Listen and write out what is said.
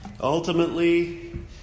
Ultimately